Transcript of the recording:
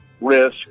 risk